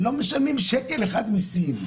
לא משלמים שקל אחד מיסים.